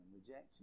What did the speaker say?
rejection